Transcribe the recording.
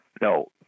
No